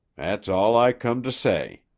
that's all i come to say.